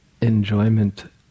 enjoyment